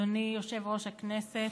אדוני יושב-ראש הכנסת,